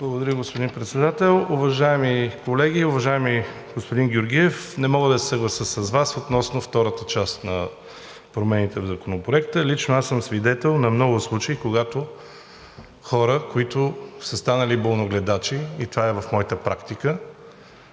Благодаря, господин Председател. Уважаеми колеги! Уважаеми господин Георгиев, не мога да се съглася с Вас относно втората част на промените в Законопроекта. Лично аз съм свидетел на много случаи, когато хора, които са станали болногледачи – и това е в моята практика,